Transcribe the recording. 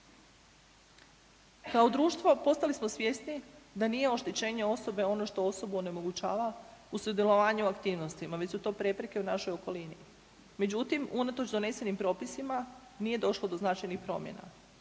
Kao društvo postali smo svjesni da nije oštećenje osobe ono što osobu onemogućava u sudjelovanje u aktivnostima već su to prepreke u našoj okolini. Međutim, unatoč donesenim propisima nije došlo do značajnih promjena.